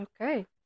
Okay